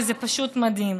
וזה פשוט מדהים.